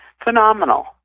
phenomenal